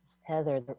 Heather